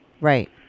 Right